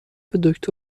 دکتر